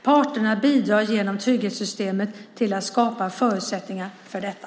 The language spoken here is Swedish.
Parterna bidrar genom trygghetssystemet till att skapa förutsättningar för detta.